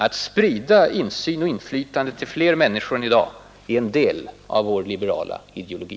Att sprida insyn och inflytande till fler människor än i dag är en del av vår liberala ideologi.